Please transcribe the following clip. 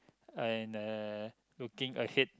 and uh looking ahead